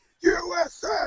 USA